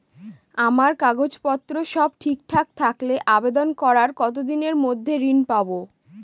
আমার কাগজ পত্র সব ঠিকঠাক থাকলে আবেদন করার কতদিনের মধ্যে ঋণ পাব?